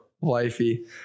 wifey